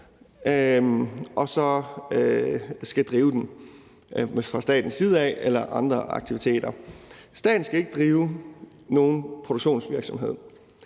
man så skal drive fra statens side? Staten skal ikke drive nogen produktionsvirksomhed.